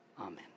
amen